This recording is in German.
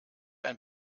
ein